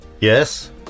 Yes